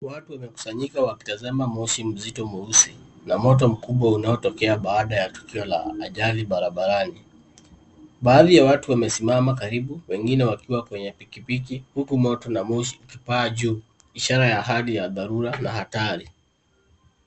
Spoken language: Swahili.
Watu wamekusanyika wakitazama moshi mzito mweusi na Moto mkubwa unaotokea baada ya tukio la ajali barabarani. Baadhi ya watu wamesimama karibu, wengine wakiwa kwenye pikipiki huku moto na moshi ikipaa juu ishara ya Hali ya dharura na hatari.